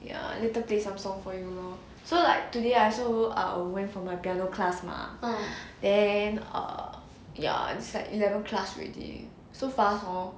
ya later play some song for you lor so like today I also err went for my piano class mah then err ya it's like eleven class already so fast hor